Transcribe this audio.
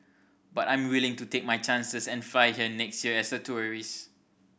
but I'm willing to take my chances and fly here next year as a tourist